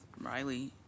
Riley